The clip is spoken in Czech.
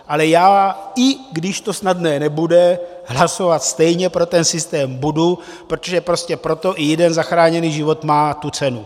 Ale já, i když to snadné nebude, hlasovat stejně pro ten systém budu, protože prostě i jeden zachráněný život má tu cenu.